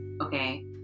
okay